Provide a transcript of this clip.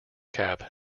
cap